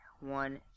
One